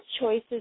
choices